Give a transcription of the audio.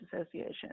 Association